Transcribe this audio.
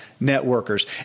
networkers